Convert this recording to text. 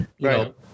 right